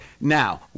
now